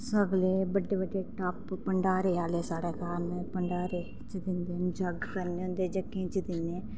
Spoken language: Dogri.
सगले बड्डे टप भंडारे आह्ले स्हाढ़ै घर न भंडारे च दिंदे न जग करने हंुदे जग्गें च दिन्ने आं